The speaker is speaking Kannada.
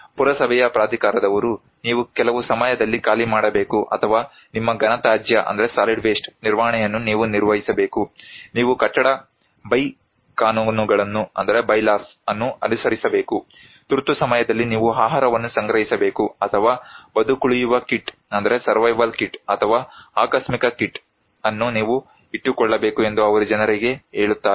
ಪುರಸಭೆಯ ಪ್ರಾಧಿಕಾರದವರು ನೀವು ಕೆಲವು ಸಮಯದಲ್ಲಿ ಖಾಲಿ ಮಾಡಬೇಕು ಅಥವಾ ನಿಮ್ಮ ಘನತ್ಯಾಜ್ಯ ನಿರ್ವಹಣೆಯನ್ನು ನೀವು ನಿರ್ವಹಿಸಬೇಕು ನೀವು ಕಟ್ಟಡ ಬೈ ಕಾನೂನುಗಳನ್ನು ಅನುಸರಿಸಬೇಕು ತುರ್ತು ಸಮಯದಲ್ಲಿ ನೀವು ಆಹಾರವನ್ನು ಸಂಗ್ರಹಿಸಬೇಕು ಅಥವಾ ಬದುಕುಳಿಯುವ ಕಿಟ್ ಅಥವಾ ಆಕಸ್ಮಿಕ ಕಿಟ್ ಅನ್ನು ಇಟ್ಟುಕೊಳ್ಳಬೇಕು ಎಂದು ಅವರು ಜನರಿಗೆ ಹೇಳುತ್ತಾರೆ